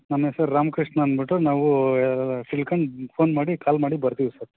ನಮ್ಮ ಹೆಸ್ರು ರಾಮ್ ಕೃಷ್ಣ ಅಂದುಬಿಟ್ಟು ನಾವು ತಿಳ್ಕೊಂಡು ಫೋನ್ ಮಾಡಿ ಕಾಲ್ ಮಾಡಿ ಬರ್ತೀವಿ ಸರ್